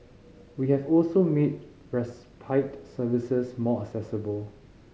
we have also made respite services more accessible